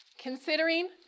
Considering